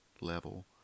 level